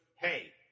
Hey